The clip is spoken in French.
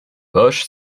bosch